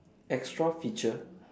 extra feature